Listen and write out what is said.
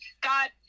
God